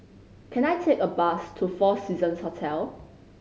can I take a bus to Four Seasons Hotel